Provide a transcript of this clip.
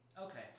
Okay